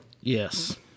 Yes